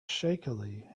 shakily